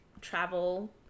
travel